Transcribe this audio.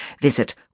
visit